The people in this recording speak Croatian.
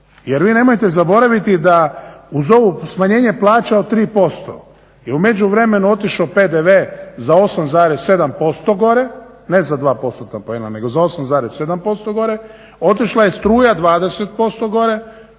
Jer vi nemojte zaboravili da uz ovo smanjenje plaća od 3% i u međuvremenu otišao PDV za 8,7% gore, ne za 2% …/Govornik se ne razumije./… nego za 8,7% gore. Otišla je struja 20% gore,